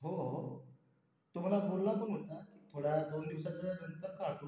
हो ओ हो तो मला बोलला पण होता थोड्या दोन दिवसाच्या नंतर